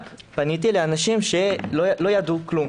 רק פניתי לאנשים שלא ידעו כלום